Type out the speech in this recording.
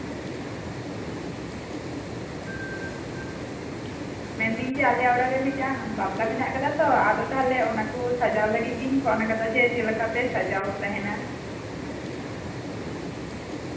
ᱢᱮᱱᱫᱟᱹᱧ ᱡᱮ ᱟᱞᱮᱭᱟᱜ ᱚᱲᱟᱜ ᱨᱮ ᱢᱤᱫᱴᱟᱱ ᱵᱟᱯᱞᱟ ᱢᱮᱱᱟᱜ ᱟᱠᱟᱫᱟ ᱛᱚ ᱟᱫᱚ ᱛᱟᱦᱞᱮ ᱚᱱᱟ ᱠᱚ ᱥᱟᱡᱟᱣ ᱞᱟᱹᱜᱤᱫ ᱜᱤᱧ ᱯᱷᱳᱱᱟᱠᱟᱫᱟ ᱡᱮ ᱪᱮᱫ ᱞᱮᱠᱟᱯᱮ ᱥᱟᱡᱟᱣ ᱛᱟᱦᱮᱸᱱᱟ